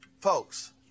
Folks